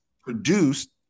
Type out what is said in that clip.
produced